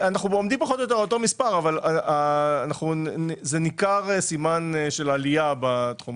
אבל ניכרת עלייה.